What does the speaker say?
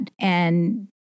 And-